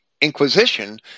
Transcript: Inquisition